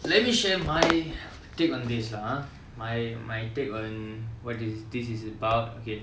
let me share my take on this lah ah my my take on what is this is about